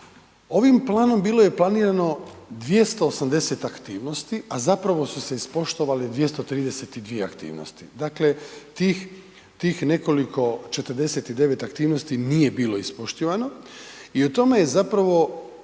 Ovim planom bilo je planirano 280 aktivnosti, a zapravo su se ispoštovale 232 aktivnosti, dakle tih nekoliko 49 aktivnosti nije bilo ispoštivano i o tome je zapravo